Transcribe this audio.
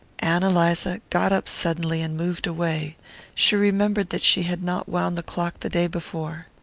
ann eliza got up suddenly and moved away she remembered that she had not wound the clock the day before.